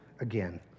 again